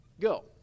go